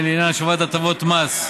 תקנות לעניין השבת הטבות מס),